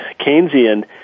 Keynesian